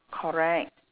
correct